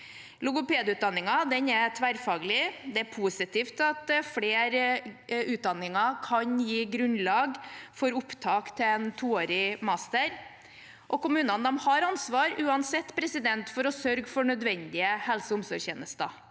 Logopedutdanningen er tverrfaglig, og det er positivt at flere utdanninger kan gi grunnlag for opptak til en toårig master. Kommunene har uansett ansvar for å sørge for nødvendige helse- og omsorgstjenester.